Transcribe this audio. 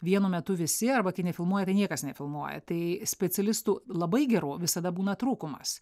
vienu metu visi arba kai nefilmuoja niekas nefilmuoja tai specialistų labai gerų visada būna trūkumas